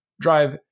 drive